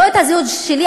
לא את הזהות שלי,